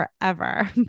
forever